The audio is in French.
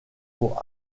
pour